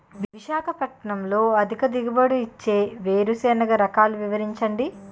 విశాఖపట్నంలో అధిక దిగుబడి ఇచ్చే వేరుసెనగ రకాలు వివరించండి?